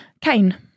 Kane